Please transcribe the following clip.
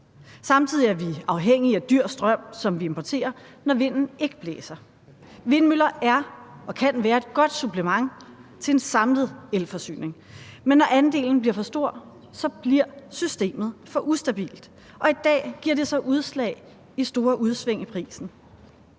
Samtidig er vi afhængige af dyr strøm, som vi importerer, når vinden ikke blæser. Vindmøller er og kan være et godt supplement til en samlet elforsyning, men når andelen bliver for stor, bliver systemet for ustabilt. Og i dag giver det sig udslag i store udsving i prisen.